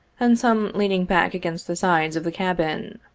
and some lean ing back against the sides of the cabin.